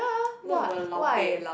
that's lao-peh